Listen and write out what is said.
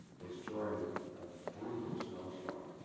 was during a brutal snow storm.